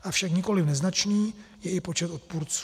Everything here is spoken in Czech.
Avšak nikoli neznačný je i počet odpůrců.